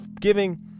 giving